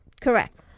Correct